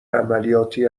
عملیاتی